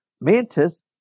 Mantis